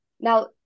now